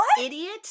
idiot